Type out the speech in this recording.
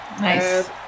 Nice